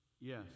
yes